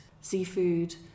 seafood